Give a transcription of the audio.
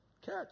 catch